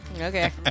Okay